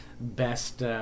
best